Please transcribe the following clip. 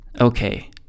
okay